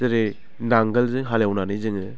जेरै नांगोलजों हालिवनानै जोङो